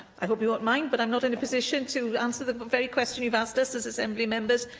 i hope you won't mind, but i'm not in a position to answer the very question you've asked us as assembly members,